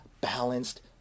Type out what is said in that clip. balanced